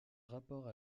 rapport